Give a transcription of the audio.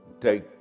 take